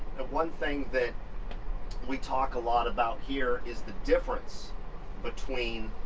one thing that we talk a lot about here is the difference between